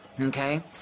okay